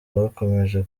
bakomeje